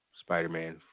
Spider-Man